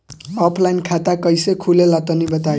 Offline खाता कइसे खुले ला तनि बताई?